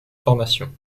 formation